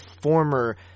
former